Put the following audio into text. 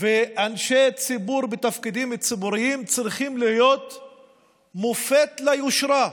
ואנשי ציבור בתפקידים ציבוריים צריכים להיות מופת ליושרה.